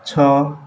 ଛଅ